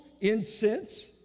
incense